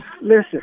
Listen